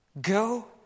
Go